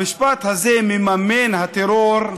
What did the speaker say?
את המשפט הזה, מממן הטרור,